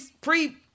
pre